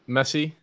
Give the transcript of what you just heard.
Messi